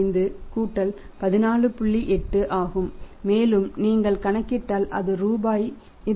80 ஆகும் மேலும் நீங்கள் கணக்கிட்டால் அது ரூபாய் இறுதி போன்றது